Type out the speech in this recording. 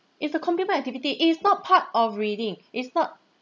it's a complement activity it is not part of reading it's not